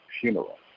funeral